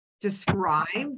described